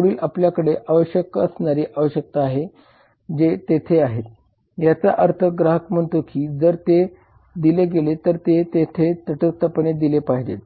पुढे आपल्याकडे आवश्यक असणारी आवश्यक आहे जे तेथे आहेत याचा अर्थ ग्राहक म्हणतो की जर ते दिले गेले तर ते तेथे तटस्थपणे दिले पाहिजे